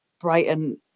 Brighton